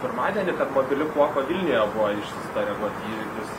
pirmadienį kad mobili kuopa vilniuje buvo išsiųsta reaguot į įvykius